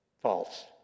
False